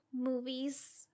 movies